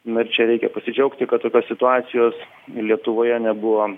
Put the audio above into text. na ir čia reikia pasidžiaugti kad tokios situacijos lietuvoje nebuvo